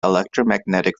electromagnetic